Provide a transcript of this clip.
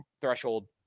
threshold